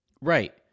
Right